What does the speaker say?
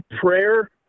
prayer